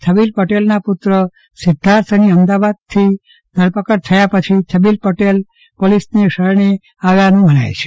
છબીલ પટેલના પુત્ર સિદ્વાર્થની અમદાવાદથી ધડપકડ થયા પછી છબીલ પટેલ પોલીસને શરણે થવાનું મનાય છે